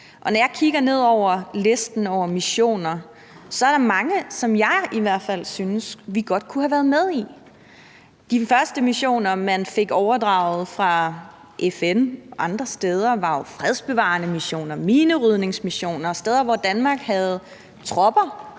når jeg kigger ned over listen over missioner, så er der mange, som jeg i hvert fald synes vi godt kunne have været med i. De første missioner andre steder, man fik overdraget fra FN, var jo fredsbevarende missioner; minerydningsmissioner; steder, hvor Danmark havde tropper,